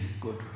good